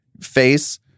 face